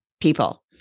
people